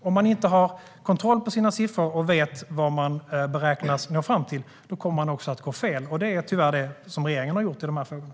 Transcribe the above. Om man inte har kontroll på sina siffror och vet vad man beräknas nå fram till kommer man att gå fel, och det är tyvärr det regeringen har gjort i denna fråga.